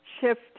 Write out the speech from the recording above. shift